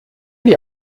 dir